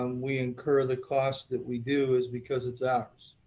um we incur the costs that we do is because it's ours.